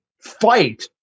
fight